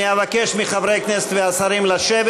אני אבקש מחברי הכנסת והשרים לשבת.